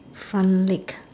fun lake